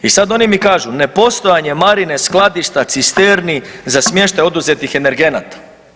I sad oni mi kažu ne postojanje Marine skladišta cisterni za smještaj oduzetih energenata.